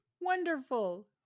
Wonderful